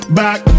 back